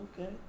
Okay